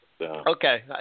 Okay